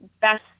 best